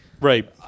Right